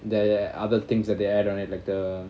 there are other things that they add on it like err